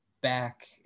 back